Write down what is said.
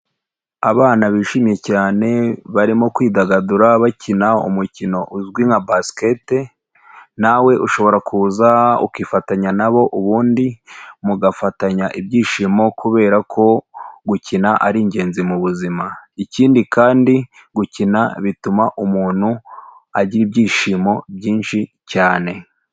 Abana bishimye cyane, barimo kwidagadura bakina umukino uzwi nka basikete, nawe ushobora kuza ukifatanya nabo ubundi mugafatanya ibyishimo kubera ko gukina ari ingenzi mu buzima, ikindi kandi gukina bituma umuntu agira ibyishimo byinshi cyane.